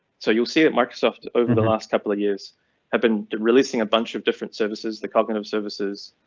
so you'll see that microsoft over the last couple of years have been releasing a bunch of different services that cognitive services